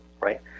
Right